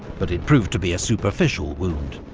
but it proved to be a superficial wound.